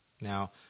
now